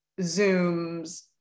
Zooms